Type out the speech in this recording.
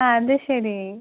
ആ അത് ശരി